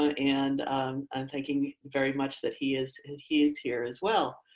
and i'm thinking very much that he is he is here as well.